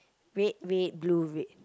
red red blue red